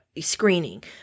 screening